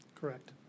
Correct